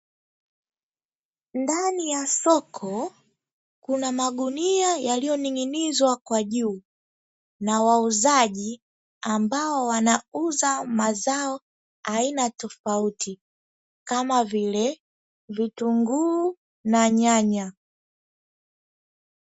Ndani ya soko kuna magunia yaliyoning'inizwa kwa juu na wauuzaji ambao wanauza mazao aina tofauti, kama vile vitunguu na nyanya.